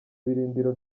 birindiro